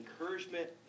encouragement